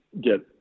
get